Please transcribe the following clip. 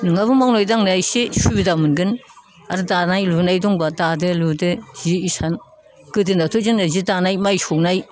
नोंहाबो मावनाय दांनाया एसे सुबिदा मोनगोन आरो दानाय लुनाय दंब्ला दादो लुदो जि इसान गोदोनियावथ' जोङो जि दानाय माइ सौनाय